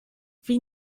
wie